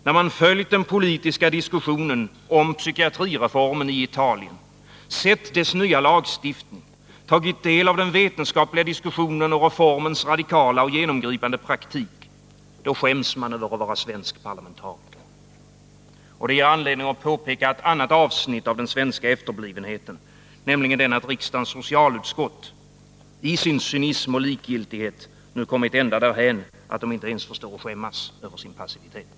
När man följt den politiska diskussionen om psykiatrireformen i Italien, sett dess nya lagstiftning, tagit del av den vetenskapliga diskussionen och reformens radikala och genomgripande Nr 22 praktik — då skäms man över att vara svensk parlamentariker. Och det ger Onsdagen den anledning att peka på ett annat avsnitt av den svenska efterblivenheten, 12 november 1980 nämligen den att riksdagens socialutskott i sin cynism och likgiltighet nu kommit ända därhän att man där inte ens förstår att skämmas över sin Psykiatrisk hälso passivitet.